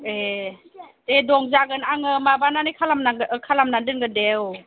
ए दे दं जागोन आङो माबानानै खालामनानै दोनगोन दे औ